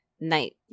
night